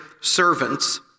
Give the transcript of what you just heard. servants